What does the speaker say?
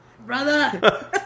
Brother